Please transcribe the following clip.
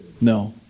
No